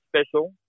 special